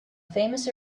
famous